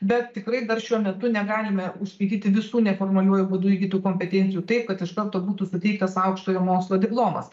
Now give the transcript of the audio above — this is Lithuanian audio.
bet tikrai dar šiuo metu negalime užpildyti visų neformaliuoju būdu įgytų kompetencijų taip kad iš karto būtų suteiktas aukštojo mokslo diplomas